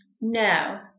No